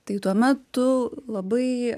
tai tuo metu labai